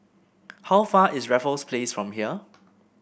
how far is Raffles Place from here